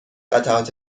قطعات